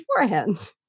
beforehand